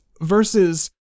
Versus